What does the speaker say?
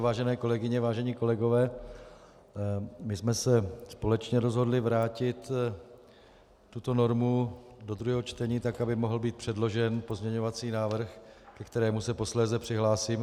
Vážené kolegyně, vážení kolegové, společně jsme se rozhodli vrátit tuto normu do druhého čtení, tak aby mohl být předložen pozměňovací návrh, ke kterému se posléze přihlásím.